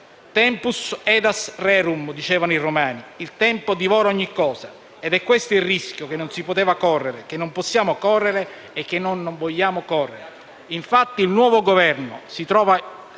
*Tempus edax rerum* dicevano i Romani: il tempo divora ogni cosa, ed è questo il rischio che non si poteva correre, che non possiamo correre e che noi non vogliamo correre. Il nuovo Governo si trova